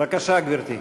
בבקשה, גברתי.